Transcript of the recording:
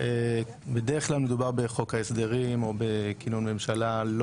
בדרך כלל מדובר בחוק ההסדרים או בכינון ממשלה,